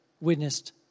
witnessed